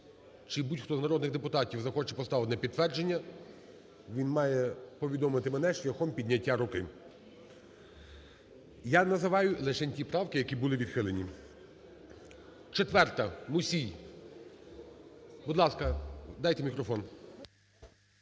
чи будь-хто з народних депутатів захоче поставити підтвердження, він має повідомити мене шляхом підняття руки. Я називаю лишень ті правки, які були відхилені. 4-а, Мусій. Будь ласка, дайте мікрофон.